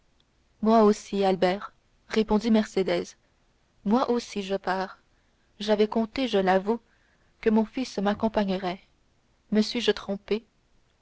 moi aussi albert répondit mercédès moi aussi je pars j'avais compté je l'avoue que mon fils m'accompagnerait me suis-je trompée